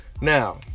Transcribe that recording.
Now